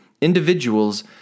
Individuals